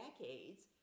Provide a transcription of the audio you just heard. decades